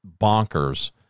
bonkers